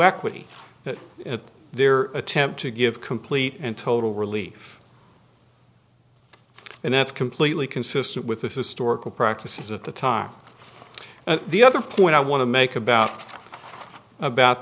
equity at their attempt to give complete and total relief and that's completely consistent with the historical practices at the time and the other point i want to make about about